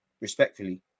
Respectfully